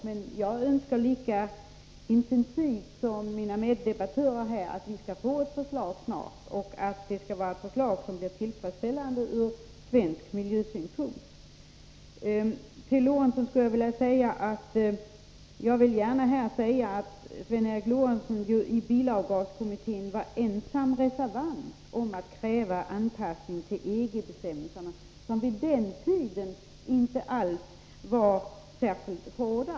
Men jag önskar lika intensivt som mina meddebattörer att vi skall få ett förslag snart och att det är tillfredsställande ur svensk miljösynpunkt. Till Sven Eric Lorentzon skulle jag vilja säga: Han var ensam reservant i bilavgaskommittén om att kräva anpassning till EG:s bestämmelser, som vid den tiden inte alls var särskilt hårda.